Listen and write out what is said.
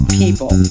people